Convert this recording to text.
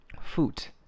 foot